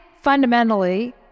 fundamentally